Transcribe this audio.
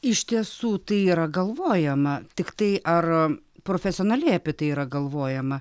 iš tiesų tai yra galvojama tiktai ar profesionaliai apie tai yra galvojama